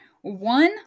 One